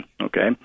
okay